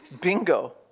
Bingo